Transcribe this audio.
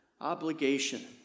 obligation